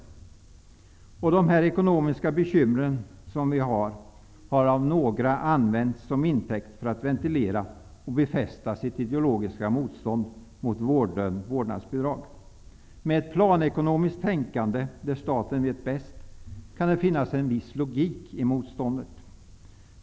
De ekonomiska bekymren har av några använts som intäkt för att ventilera och befästa sitt ideologiska motstånd mot vårdnadsbidrag. Med ett planekonomiskt tänkande där staten vet bäst kan det finnas en viss logik i motståndet.